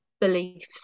beliefs